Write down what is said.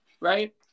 right